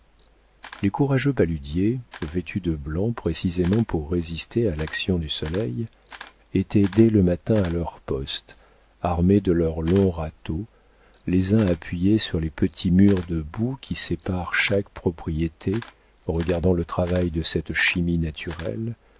les courageux paludiers vêtus de blanc précisément pour résister à l'action du soleil étaient dès le matin à leur poste armés de leurs longs râteaux les uns appuyés sur les petits murs de boue qui séparent chaque propriété regardant le travail de cette chimie naturelle